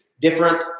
different